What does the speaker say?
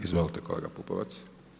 Izvolite kolega Pupovac.